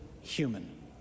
human